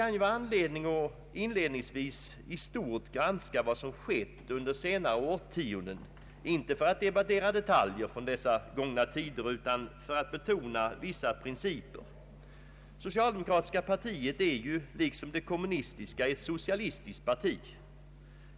Det finns skäl att inledningsvis i stort granska vad som skett under senare årtionden — inte för att debattera detaljer från gångna tider utan för att betona vissa principer. Socialdemokratiska partiet är ju liksom det kommunistiska socialistiskt.